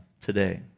today